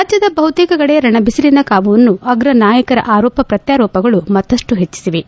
ರಾಜ್ಞದ ಬಹುತೇಕ ಕಡೆ ರಣಬಿಸಿಲಿನ ಕಾವನ್ನು ಅಗ್ರ ನಾಯಕರ ಆರೋಪ ಪ್ರತ್ನಾರೋಪಗಳು ಮತ್ತಷ್ಟು ಹೆಚ್ಚಿಸಿವೆ